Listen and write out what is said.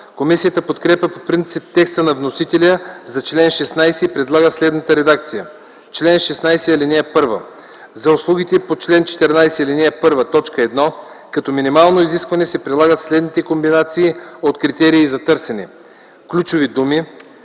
Комисията подкрепя по принцип текста на вносителя за чл. 16 и предлага следната редакция: „Чл. 16.(1) За услугите по чл. 14, ал. 1, т. 1 като минимално изискване се прилагат следните комбинации от критерии за търсене: 1. ключови думи;